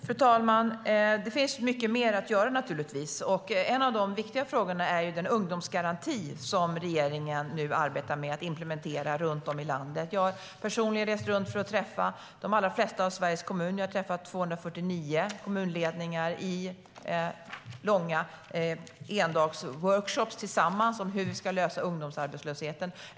Fru talman! Det finns naturligtvis mycket mer att göra. En av de viktigare frågorna är den ungdomsgaranti som regeringen nu arbetar med att implementera runt om i landet. Jag har personligen rest runt och besökt de allra flesta av Sveriges kommuner. Jag har träffat 249 kommunledningar i långa endagsworkshops om hur vi ska lösa ungdomsarbetslösheten.